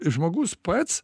žmogus pats